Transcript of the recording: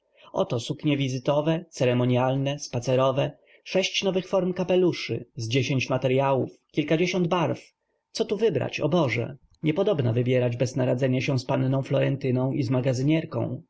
ich matek oto suknie wizytowe ceremonialne spacerowe sześć nowych form kapeluszy z dziesięć materyałów kilkadziesiąt barw co tu wybrać o boże nie podobna wybierać bez naradzenia się z panną florentyną i z magazynierką